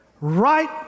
right